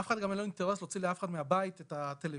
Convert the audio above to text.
אף אחד גם אין לו אינטרס להוציא לאף אחד מהבית את הטלוויזיה.